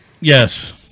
Yes